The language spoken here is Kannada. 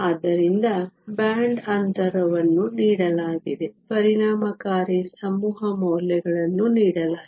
ಆದ್ದರಿಂದ ಬ್ಯಾಂಡ್ ಅಂತರವನ್ನು ನೀಡಲಾಗಿದೆ ಪರಿಣಾಮಕಾರಿ ಸಮೂಹ ಮೌಲ್ಯಗಳನ್ನು ನೀಡಲಾಗಿದೆ